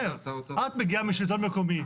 את מגיעה משלטון מקומי.